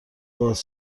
باز